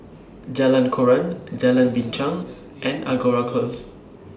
Jalan Koran Jalan Binchang and Angora Close